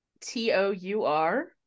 t-o-u-r